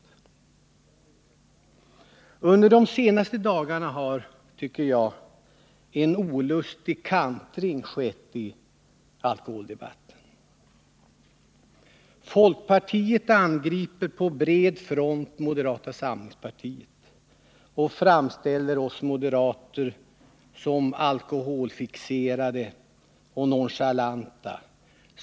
Jag tycker emellertid att det under de senaste dagarna skett en olustig kantring i alkoholdebatten. Folkpartiet angriper på bred front moderata samlingspartiet och framställer oss moderater som alkoholfixerade och nonchalanta.